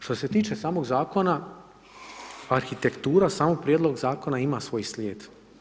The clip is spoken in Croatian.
Što se tiče samog zakona, arhitektura samo prijedloga zakona ima svoj slijed.